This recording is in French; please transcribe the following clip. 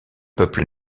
peuple